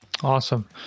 Awesome